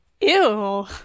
Ew